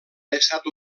estat